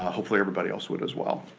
hopefully everybody else would as well.